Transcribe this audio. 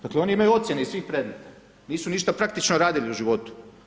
Dakle, oni imaju ocijene iz svih predmeta, nisu ništa praktično radili u životu.